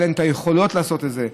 אין להם את היכולות לעשות את זה.